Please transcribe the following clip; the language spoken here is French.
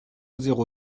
zéro